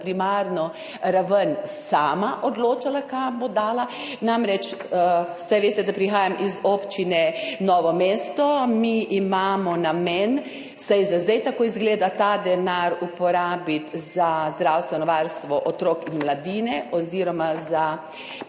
primarno raven sama odločala, kam bo dala? Namreč, saj veste, da prihajam iz občine Novo mesto, mi imamo namen, vsaj za zdaj tako izgleda, ta denar uporabiti za zdravstveno varstvo otrok in mladine oziroma za